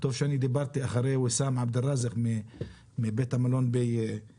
טוב שאני מדבר אחרי וויסאם עבד אל ראזק מבית המלון בנצרת.